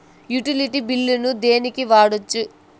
Utility బిల్లులను దేనికి వాడొచ్చు?